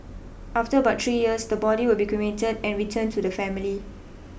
after about three years the body will be cremated and returned to the family